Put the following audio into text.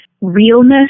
realness